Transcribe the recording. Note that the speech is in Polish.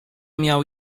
miał